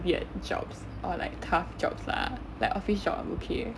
weird jobs or like tough jobs lah like office job I'm okay